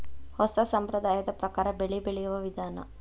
ಹೊಸಾ ಸಂಪ್ರದಾಯದ ಪ್ರಕಾರಾ ಬೆಳಿ ಬೆಳಿಯುವ ವಿಧಾನಾ